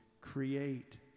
create